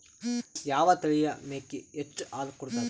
ಯಾವ ತಳಿಯ ಮೇಕಿ ಹೆಚ್ಚ ಹಾಲು ಕೊಡತದ?